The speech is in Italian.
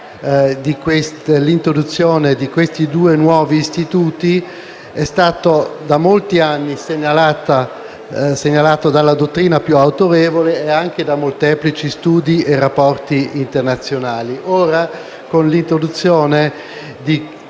economico. L'introduzione di questi due nuovi istituti è stata segnalata da molti anni dalla dottrina più autorevole e anche da molteplici studi e rapporti internazionali. Ora, con l'introduzione